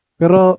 pero